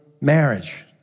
marriage